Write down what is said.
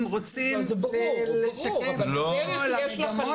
אם רוצים לשקם את כל המגמות